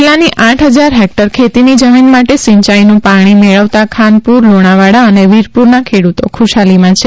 જિલ્લાની આઠ હજાર હેક્ટર ખેતીની જમીન માટે સિંચાઈનું પાણી મેળવતા ખાનપુર લુણાવાડા અને વીરપુરના ખેડૂતો ખુશાલીમાં છે